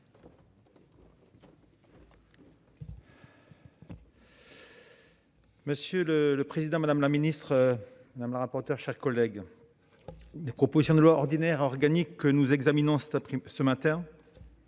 Monsieur le président, madame la secrétaire d'État, mes chers collègues, les propositions de loi ordinaire et organique que nous examinons ce matin visent